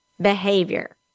behavior